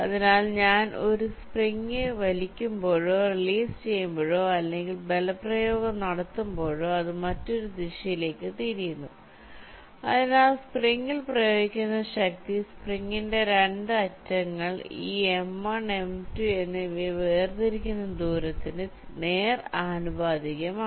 അതിനാൽ ഞാൻ ഒരു സ്പ്രിങ് വലിക്കുമ്പോഴോ റിലീസ് ചെയ്യുമ്പോഴോ അല്ലെങ്കിൽ ബലപ്രയോഗം നടത്തുമ്പോഴോ അത് മറ്റൊരു ദിശയിലേക്ക് തിരിയുന്നു അതിനാൽ സ്പ്രിങ്ങിൽ പ്രയോഗിക്കുന്ന ശക്തി സ്പ്രിങ്ങിന്റെ രണ്ട് അറ്റങ്ങൾ ഈ m1 m2 എന്നിവയെ വേർതിരിക്കുന്ന ദൂരത്തിന് നേർ ആനുപാതികമാണ്